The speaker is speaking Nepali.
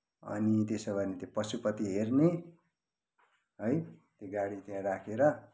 अनि त्यसो भने त्यो पशुपति हेर्ने है त्यो गाडी त्यहाँ राखेर